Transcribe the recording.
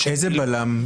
איזה בלם יהיה?